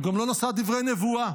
הוא גם לא נשא דברי נבואה.